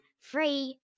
Free